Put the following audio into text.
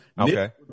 Okay